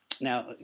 Now